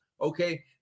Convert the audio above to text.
okay